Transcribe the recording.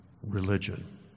religion